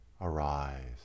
arise